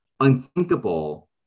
Unthinkable